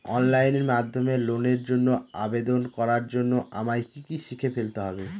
Online মাধ্যমে লোনের জন্য আবেদন করার জন্য আমায় কি কি শিখে ফেলতে হবে?